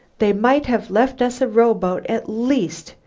they might have left us a rowboat, at least!